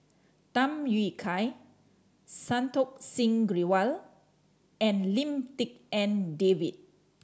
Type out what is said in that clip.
Tham Yui Kai Santokh Singh Grewal and Lim Tik En David